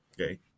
Okay